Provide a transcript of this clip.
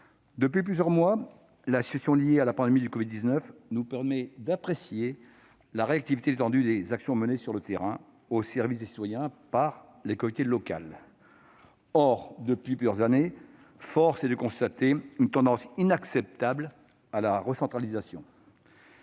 depuis plusieurs mois, la situation liée à la pandémie de covid-19 nous permet d'apprécier la réactivité et l'étendue des actions menées sur le terrain, au service des citoyens, par les collectivités locales. Or depuis plusieurs années, force est de constater une tendance inacceptable à la recentralisation.